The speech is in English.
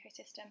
ecosystem